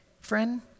Friend